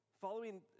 following